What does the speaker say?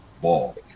ball